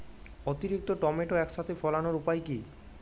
অতিরিক্ত টমেটো একসাথে ফলানোর উপায় কী?